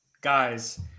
guys